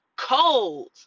cold